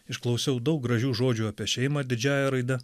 išklausiau daug gražių žodžių apie šeimą didžiąja raide